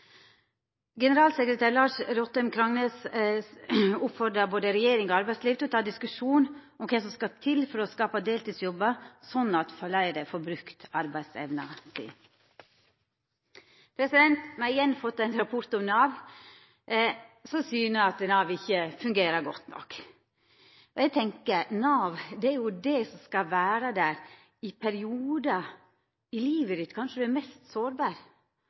Generalsekretær Lars Rottem Krangnes oppfordrar både regjering og arbeidsliv til å ta diskusjonen om kva som skal til for å skapa deltidsjobbar, slik at fleire får brukt arbeidsevna si. Me har igjen fått ein rapport om Nav, som syner at Nav ikkje fungerer godt nok. Eg tenkjer at Nav skal vera der i periodar i livet ditt der du kanskje er mest sårbar.